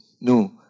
No